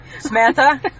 Samantha